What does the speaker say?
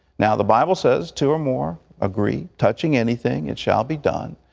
now, the bible says, two or more agree touching anything, it shall be done.